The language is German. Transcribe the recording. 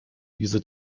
diese